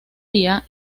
día